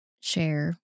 share